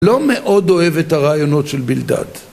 לא מאוד אוהב את הרעיונות של בלדד.